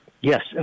Yes